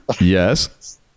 Yes